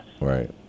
Right